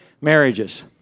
marriages